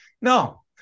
no